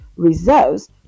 reserves